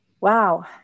Wow